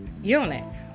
units